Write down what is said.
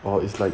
or it's like